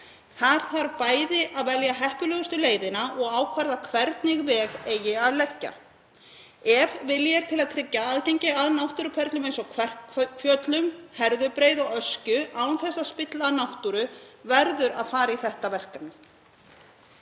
Þar þarf bæði að velja heppilegustu leiðina og ákvarða hvernig veg eigi að leggja. Ef vilji er til að tryggja aðgengi að náttúruperlum eins og Kverkfjöllum, Herðubreið og Öskju án þess að spilla náttúru verður að fara í það verkefni.